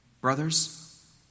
brothers